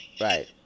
Right